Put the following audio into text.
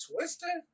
Twister